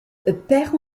perd